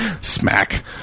smack